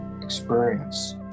experience